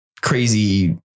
crazy